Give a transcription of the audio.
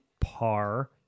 par